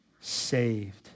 saved